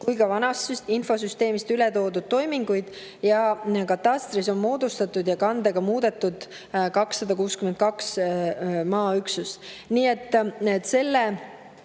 kui ka vanast infosüsteemist üle toodud toiminguid, ja katastris on moodustatud ja kandega muudetud 262 maaüksust. Nii et seda